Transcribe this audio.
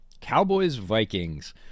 Cowboys-Vikings